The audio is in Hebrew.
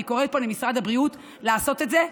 אני קוראת פה למשרד הבריאות לעשות את זה,